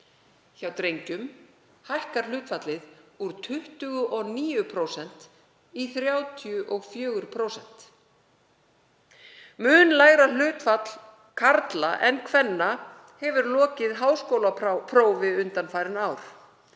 Hjá drengjum hækkar hlutfallið úr 29% í 34%. Mun lægra hlutfall karla en kvenna hefur lokið háskólaprófi undanfarin ár.